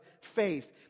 faith